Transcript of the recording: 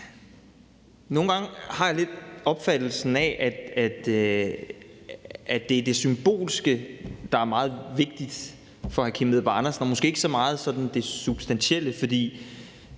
Nogle gange har jeg lidt opfattelsen af, at det er det symbolske, der er meget vigtigt for hr. Kim Edberg Andersen, og måske ikke så meget det sådan substantielle.